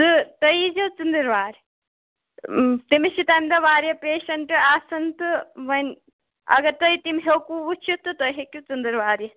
سُہ تُہۍ ییٖزیٚو ژٔنٛدٕر وار تٔمِس چھ تَمہِ دۄہ واریاہ پیشیٚنٛٹہٕ آسان تہٕ وۅنۍ اگر تُہۍ تٔمۍ ہیٚوٚکوٕ وُچھِتھ تہٕ تُہۍ ہیٚکِو ژٔنٛدٕر وار یِتھ